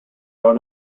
are